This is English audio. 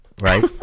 right